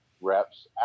reps